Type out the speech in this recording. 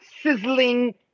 sizzling